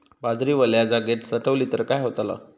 बाजरी वल्या जागेत साठवली तर काय होताला?